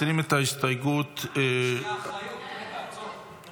מסירים את ההסתייגות ------ יש לה אחריות --- לא,